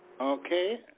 Okay